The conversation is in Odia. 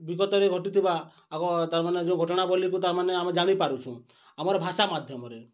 ବିଗତରେ ଘଟିଥିବା ଆଗ ତାମାନେ ଯେଉଁ ଘଟଣା ବୋଲିକୁ ତାମାନେ ଆମେ ଜାଣିପାରୁସୁଁ ଆମର ଭାଷା ମାଧ୍ୟମରେ